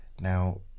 Now